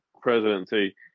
presidency